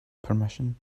permission